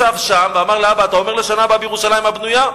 ישב שם ואמר לאבא: אתה אומר: בשנה הבאה בירושלים הבנויה?